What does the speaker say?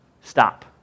stop